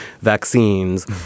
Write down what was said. vaccines